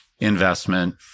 investment